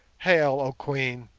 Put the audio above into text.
hail, oh queen